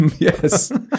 Yes